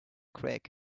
quick